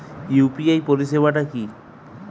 UPI পরিসেবাটা কি?